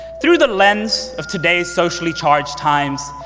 through the lens of today's socially charged times,